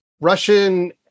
Russian